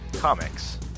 Comics